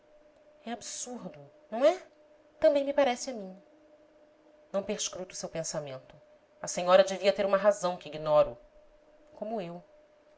é absurdo não é também me parece a mim não perscruto seu pensamento a senhora devia ter uma razão que ignoro como eu